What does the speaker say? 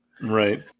Right